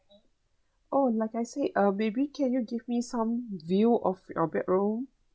oh like I said uh maybe can you give me some view of your bedroom